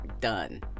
done